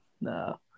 No